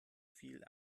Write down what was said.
viel